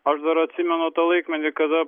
aš dar atsimenu tą laikmetį kada